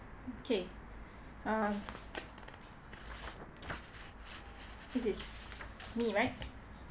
okay uh this is me right